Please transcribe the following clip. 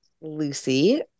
Lucy